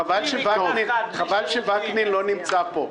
חבל שווקנין לא נמצא פה,